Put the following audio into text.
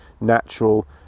natural